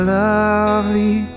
lovely